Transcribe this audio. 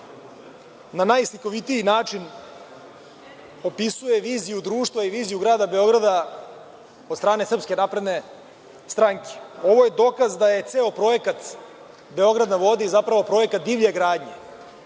Na najslikovitiji način opisuje viziju društva i viziju Grada Beograda od strane SNS. Ovo je dokaz da je ceo projekat „Beograd na vodi“, zapravo, projekat divlje gradnje.